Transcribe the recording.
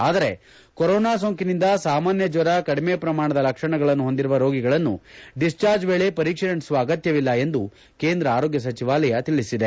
ಆದರೆ ಕೊರೋನಾ ಸೋಂಕಿನಿಂದ ಸಾಮಾನ್ನ ಜ್ಯರ ಕಡಿಮೆ ಪ್ರಮಾಣದ ಲಕ್ಷಣಗಳನ್ನು ಹೊಂದಿರುವ ರೋಗಿಗಳನ್ನು ಡಿಸ್ಚಾರ್ಜ್ ವೇಳೆ ಪರೀಕ್ಷೆ ನಡೆಸುವ ಅಗತ್ಯವಿಲ್ಲ ಎಂದು ಕೇಂದ್ರ ಆರೋಗ್ಯ ಸಚಿವಾಲಯ ತಿಳಿಸಿದೆ